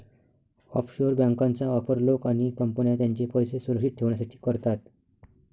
offshore बँकांचा वापर लोक आणि कंपन्या त्यांचे पैसे सुरक्षित ठेवण्यासाठी करतात